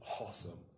awesome